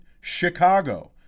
Chicago